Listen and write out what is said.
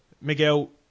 Miguel